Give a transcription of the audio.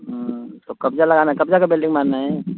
हाँ तो कब्जा लगाना कब्जा का बिल्डिंग बांधना है